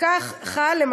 וכך הוא חל,